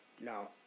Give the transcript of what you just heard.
No